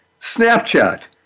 Snapchat